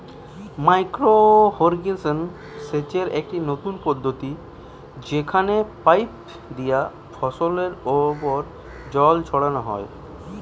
micro irrigation সেচের একটি নতুন পদ্ধতি যেখানে পাইপ দিয়া ফসলের ওপর জল ছড়ানো হয়